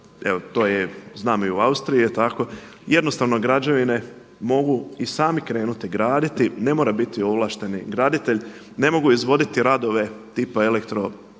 to je, znamo i u Austriji je tako, jednostavno građevine mogu i sami krenuti graditi, ne mora biti ovlašteni graditelj, ne mogu izvoditi radove tipa elektro